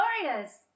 glorious